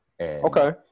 Okay